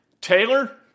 Taylor